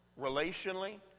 relationally